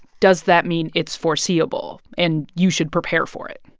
does that mean it's foreseeable and you should prepare for it?